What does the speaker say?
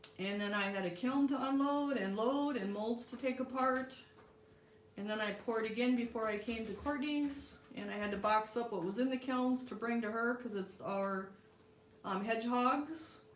and then i had a kiln to unload and load and molds to take apart and then i poured again before i came to kourtney's and i had to box up what was in the kilns to bring to her because it's our um hedgehogs